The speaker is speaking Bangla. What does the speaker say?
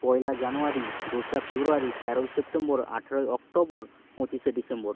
পয়লা জানুয়ারি দোসরা ফেব্রুয়ারি তেরোই সেপ্টেম্বর আঠেরোই অক্টোবর পঁচিশে ডিসেম্বর